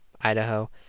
Idaho